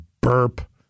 burp